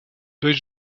dois